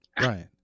Right